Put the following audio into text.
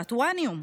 העשרת אורניום,